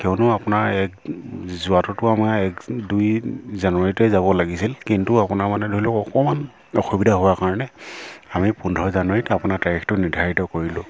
কিয়নো আপোনাৰ এক যোৱাটোতো আমাৰ এক দুই জানুৱাৰীতে যাব লাগিছিল কিন্তু আপোনাৰ মানে ধৰি লওক অকণমান অসুবিধা হোৱাৰ কাৰণে আমি পোন্ধৰ জানুৱাৰীত আপোনাৰ তাৰিখটো নিৰ্ধাৰিত কৰিলোঁ